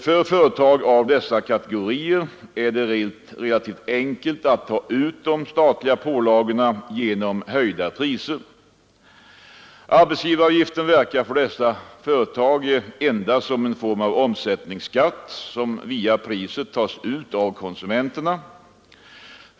För företag av dessa kategorier är det relativt enkelt att ta ut de statliga pålagorna genom höjda priser. Arbetsgivaravgiften verkar på dessa företag endast som en form av omsättningsskatt som via priset tas ut av konsumenterna.